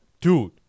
dude